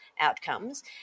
outcomes